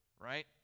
right